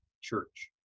Church